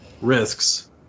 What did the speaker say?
risks